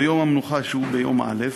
ביום המנוחה שהוא ביום ראשון,